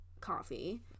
coffee